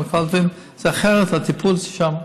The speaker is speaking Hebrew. זה אחרת, הטיפול שם.